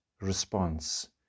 response